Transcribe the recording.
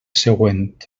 següent